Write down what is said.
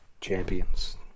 champions